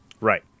right